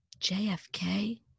JFK